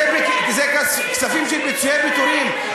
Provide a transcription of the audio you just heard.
זה כספים של פיצויי פיטורים.